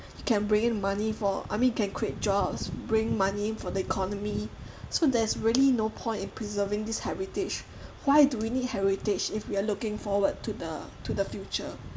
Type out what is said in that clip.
you can bring in money for I mean can create jobs bring money for the economy so there's really no point in preserving this heritage why do we need heritage if we are looking forward to the to the future